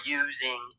using